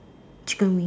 chicken wing